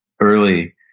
early